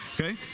okay